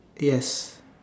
yes